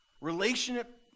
relationship